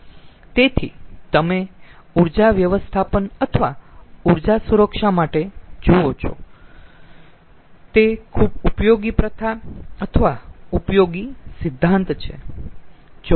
તેથી તમે ઊર્જા વ્યવસ્થાપન અથવા ઊર્જા સુરક્ષા માટે જુઓ છો તે ખુબ ઉપયોગી પ્રથા અથવા ઉપયોગી સિદ્ધાંત છે